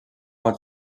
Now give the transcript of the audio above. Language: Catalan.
pot